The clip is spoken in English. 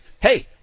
hey